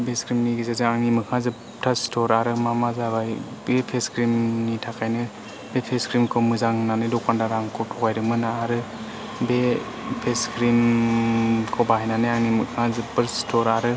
face क्रिमनि गेजेरजों आंनि मोखाङा जोबथा सिथर आरो मा मा जाबाय बे फेस क्रिमनि थाखायनो बे फेस क्रिमखौ मोजां होननानै दखानदारा आंखौ थगायदोंमोन आरो बे फेस क्रिमखौ बाहायनानै आंनि मोखाङा जोबोर सिथर आरो